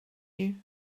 you